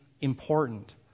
important